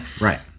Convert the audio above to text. right